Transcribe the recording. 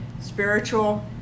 Spiritual